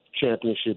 championship